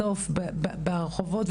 בסוף ברחובות,